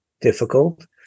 difficult